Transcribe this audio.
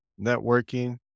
networking